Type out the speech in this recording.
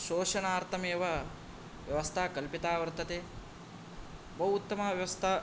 शोषणार्थमेवव व्यवस्था कल्पिता वर्तते बहु उत्तमा व्यवस्था